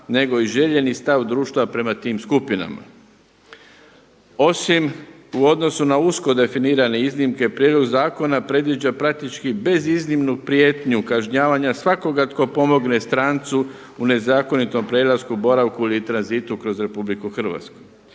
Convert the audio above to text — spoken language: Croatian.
nego i željeni stav društva prema tim skupinama. Osim u odnosu na usko definirane iznimke prijedlog zakona predviđa praktički bez iznimnu prijetnju kažnjavanja svakoga tko pomogne strancu u nezakonitom prelasku, boravku ili tranzitu kroz RH.